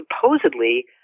supposedly